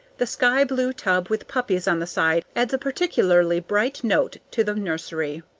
the skyblue tub with poppies on the side adds a particularly bright note to the nursery.